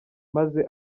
maze